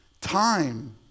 time